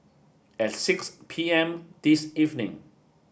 at six pm this evening